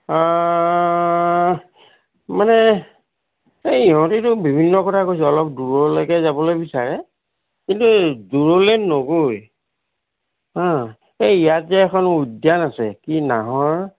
মানে এই ইহঁতেতো বিভিন্ন কথা কৈছে অলপ দূৰলৈকে যাবলৈ বিচাৰে কিন্তু এই দূৰলৈ নগৈ হা এই ইয়াত যে এখন উদ্যান আছে কি নাহৰ